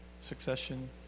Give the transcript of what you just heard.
succession